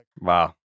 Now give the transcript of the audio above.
Wow